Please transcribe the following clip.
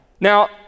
Now